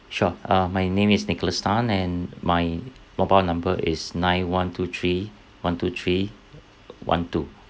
sure uh my name is nicholas tan and my mobile number is nine one two three one two three one two